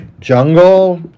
jungle